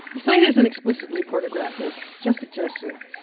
the site isn't explicitly pornographic, just suggestive.